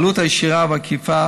העלות הישירה והעקיפה,